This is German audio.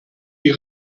die